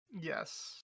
Yes